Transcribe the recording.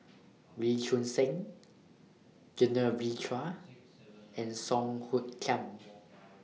Wee Choon Seng Genevieve Chua and Song Hoot Kiam